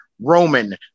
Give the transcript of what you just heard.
Roman